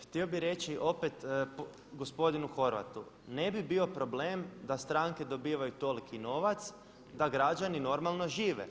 Htio bih reći opet gospodinu Horvatu, ne bi bio problem da stranke dobivaju toliki novac, da građani normalno žive.